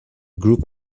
group